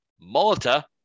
Malta